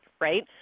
right